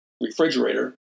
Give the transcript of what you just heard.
refrigerator